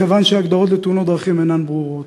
מכיוון שההגדרות של תאונת דרכים אינן ברורות.